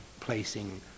placing